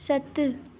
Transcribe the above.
सत